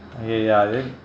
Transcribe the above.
uh ya ya then